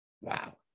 Wow